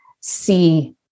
see